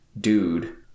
dude